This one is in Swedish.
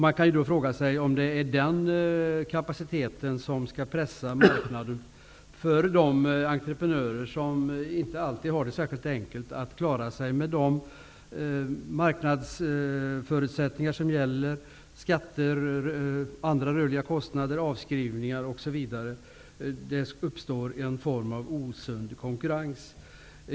Man kan fråga sig om denna kapacitet skall få pressa marknaden för de entreprenörer som inte alltid har det särskilt lätt att klara sig med de marknadsförutsättningar som gäller -- skatter, andra rörliga kostnader, avskrivningar, osv. Det uppstår en form av osund konkurrens.